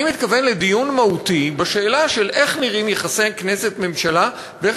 אני מתכוון לדיון מהותי בשאלה איך נראים יחסי כנסת ממשלה ואיך